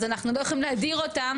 אז אנחנו יכולים להגדיר אותם